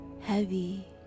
heavy